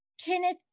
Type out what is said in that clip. kenneth